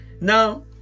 Now